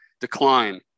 decline